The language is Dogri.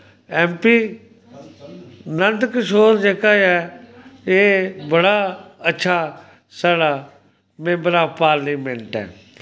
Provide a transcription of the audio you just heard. ऐम पी नन्द कशोर जेह्का ऐ एह् बड़ा अच्छा साढ़ा मेंम्बर ऑफ पार्लिमैंट ऐ